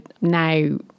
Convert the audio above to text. now